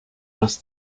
más